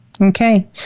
Okay